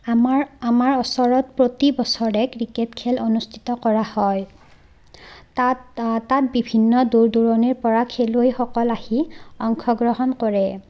আমাৰ আমাৰ ওচৰত প্ৰতিবছৰে ক্ৰিকেট খেল অনুষ্ঠিত কৰা হয় তাত তাত বিভিন্ন দূৰ দূৰণিৰ পৰা খেলুৱৈসকল আহি অংশ গ্ৰহণ কৰে